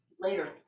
Later